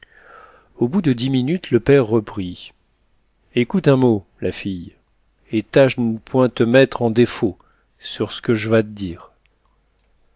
au bout de dix minutes le père reprit écoute un mot la fille et tâche d'n point te mettre en défaut sur ce que j'vas te dire